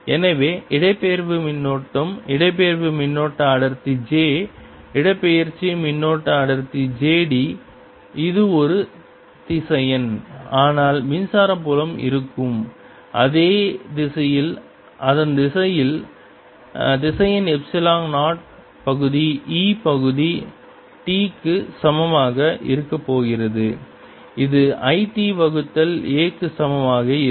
எனவே இடப்பெயர்வு மின்னோட்டம் இடப்பெயர்வு மின்னோட்ட அடர்த்தி j இடப்பெயர்ச்சி மின்னோட்ட அடர்த்தி jd இது ஒரு திசையன் ஆனால் மின்சார புலம் இருக்கும் அதே திசையில் அதன் திசையன் எப்சிலன் 0 பகுதி E பகுதி t க்கு சமமாக இருக்கப் போகிறது இது I t வகுத்தல் a க்கு சமமாக இருக்கும்